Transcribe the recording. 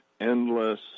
endless